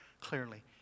clearly